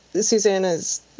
Susanna's